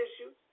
issues